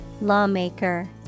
Lawmaker